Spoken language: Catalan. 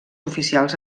oficials